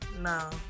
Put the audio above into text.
no